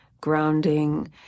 grounding